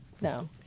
No